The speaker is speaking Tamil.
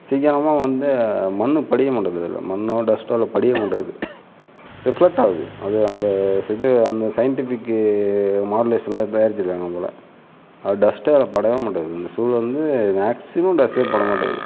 சீக்கிரமாக வந்து மண் படிய மாட்டங்குது அதில் மண்ணோ டஸ்ட்டோ அதில் படிய மாட்டங்குது ரிஃப்லெக்ட் ஆகுது அது அந்த இது அந்த சைன்ட்டிஃபிக்கு மாடுலேஷன்ல தயாரிச்சிருக்காங்கள் போல் அது டஸ்ட்டே படவே மாட்டங்குது இந்த சூழல் வந்து மேக்ஸிமம் டஸ்டே படமாட்டேங்குது